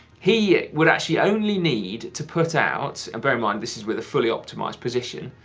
he would actually only need to put out, and bear in mind, this is with a full yeah optimized position,